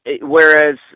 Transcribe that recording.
Whereas